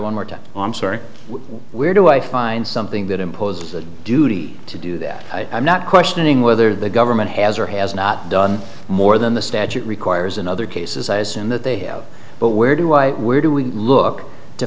one more time on sorry where do i find something that imposes a duty to do that i'm not questioning whether the government has or has not done more than the statute requires in other cases eyes and that they have but where do i where do we look to